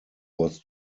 was